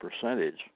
percentage